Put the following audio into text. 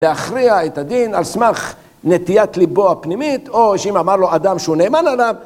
להכריע את הדין על סמך נטיית ליבו הפנימית או שאם אמר לו אדם שהוא נאמן עליו